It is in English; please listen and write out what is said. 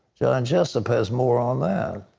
john jessup has more on that.